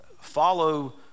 Follow